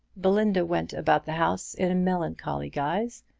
belinda went about the house in melancholy guise,